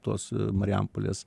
tuos marijampolės